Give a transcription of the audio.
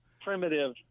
primitive